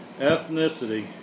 ethnicity